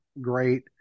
great